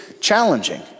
challenging